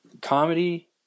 comedy